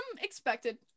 Expected